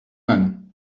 mal